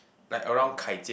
like around Kai-Jie